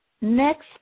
next